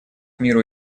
миру